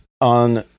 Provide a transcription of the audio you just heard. on